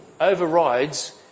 overrides